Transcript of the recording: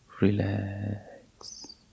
relax